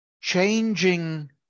changing